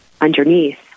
underneath